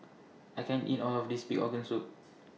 I can't eat All of This Pig Organ Soup